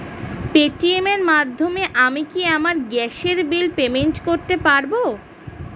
Paytm এর মাধ্যমে আমি কি আমার গ্যাসের বিল পেমেন্ট করতে পারব?